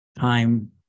time